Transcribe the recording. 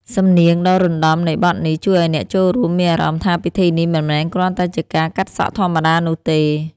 សំនៀងដ៏រណ្តំនៃបទនេះ ជួយឱ្យអ្នកចូលរួមមានអារម្មណ៍ថា ពិធីនេះមិនមែនគ្រាន់តែជាការកាត់សក់ធម្មតានោះទេ